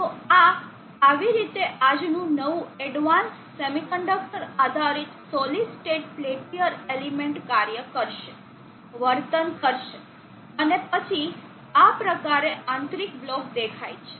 તો આ આવી રીતે આજનું નવું એડવાન્સ્ડ સેમીકન્ડક્ટર આધારિત સોલિડ સ્ટેટ પેલ્ટીયર એલિમેન્ટ કાર્ય કરશે વર્તન કરશે અને પછી આ પ્રકારે આંતરિક બ્લોક દેખાય છે